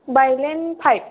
bylane five